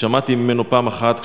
שמעתי ממנו פעם אחת,